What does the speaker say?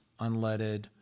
unleaded